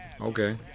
Okay